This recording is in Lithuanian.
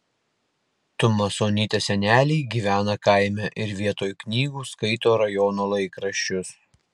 tumasonytės seneliai gyvena kaime ir vietoj knygų skaito rajono laikraščius